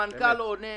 המנכ"ל עונה.